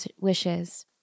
wishes